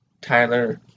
Tyler